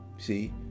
See